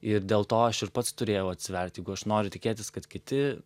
ir dėl to aš ir pats turėjau atsivert jeigu aš noriu tikėtis kad kiti